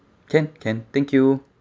can can thank you